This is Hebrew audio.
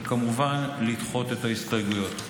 וכמובן לדחות את ההסתייגויות.